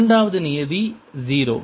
இரண்டாவது நியதி 0